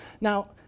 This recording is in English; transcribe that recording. Now